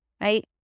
right